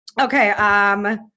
Okay